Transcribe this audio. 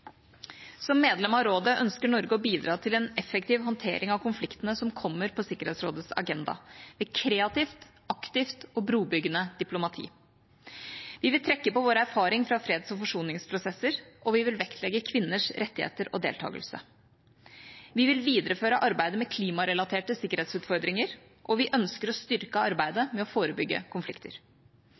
Som medlem av rådet ønsker Norge å bidra til en effektiv håndtering av konfliktene som kommer på Sikkerhetsrådets agenda, ved kreativt, aktivt og brobyggende diplomati. Vi vil trekke på vår erfaring fra freds- og forsoningsprosesser, og vi vil vektlegge kvinners rettigheter og deltakelse. Vi vil videreføre arbeidet med klimarelaterte sikkerhetsutfordringer, og vi ønsker å styrke arbeidet med å forebygge konflikter.